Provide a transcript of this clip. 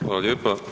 Hvala lijepa.